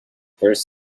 first